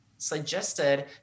suggested